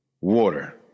water